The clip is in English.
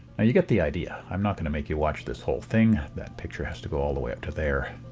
and you get the idea. i'm not to make you watch this whole thing. that picture has to go all the way up to there.